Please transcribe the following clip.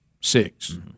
six